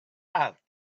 out